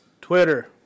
twitter